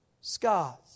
scars